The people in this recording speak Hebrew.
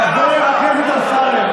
חבר הכנסת אמסלם,